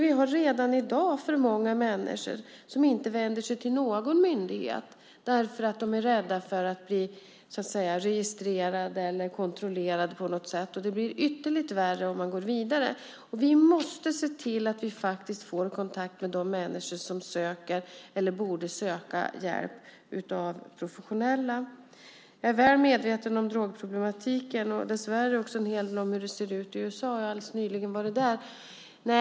Vi har redan i dag för många människor som inte vänder sig till någon myndighet för att de är rädda för att bli registrerade eller kontrollerade på något sätt. Det blir ytterligare värre om man går vidare. Vi måste se till att vi får kontakt med de människor som söker eller borde söka hjälp av professionella. Jag är väl medveten om drogproblematiken och också om hur det ser ut i USA. Jag har alldeles nyligen varit där.